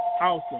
Awesome